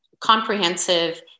comprehensive